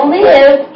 live